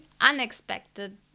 unexpected